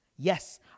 Yes